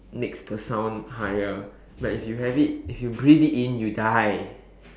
makes the sound higher but if you have it if you breathe it in you die